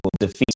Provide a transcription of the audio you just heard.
defeat